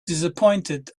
disappointed